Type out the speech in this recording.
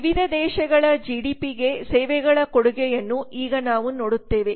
ವಿವಿಧ ದೇಶಗಳ ಜಿಡಿಪಿಗೆ ಸೇವೆಗಳ ಕೊಡುಗೆಯನ್ನು ಈಗ ನಾವು ನೋಡುತ್ತೇವೆ